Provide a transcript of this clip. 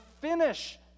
finish